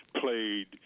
played